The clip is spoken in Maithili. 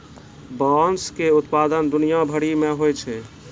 बाँस के उत्पादन दुनिया भरि मे होय छै